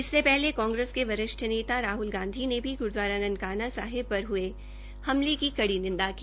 इससे पहले कांग्रेस के वरिष्ठ नेता राहल गांधी ने भी गुरूद्वारा ननकाना साहिब पर हुए हमले की कड़ी निंदा की